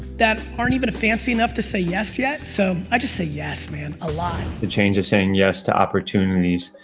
that aren't even fancy enough to say yes yet, so i just say yes, man, a lot the change of saying yes to opportunities.